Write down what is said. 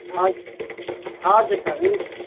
हजुर हजुर सर हुन्छ